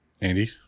Andy